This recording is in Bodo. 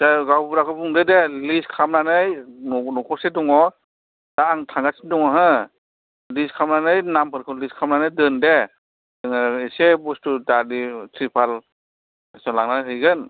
दे गावबुराखौ बुंदो दे लिस्ट खालामनानै न'खर बेसे दङ दा आं थांगासिनो दङ लिस्ट खालामनानै मुंफोरखौ लिस्ट खालामनानै दोन दे जोङो इसे बस्तु दालि तिरपाल लांनानै हैगोन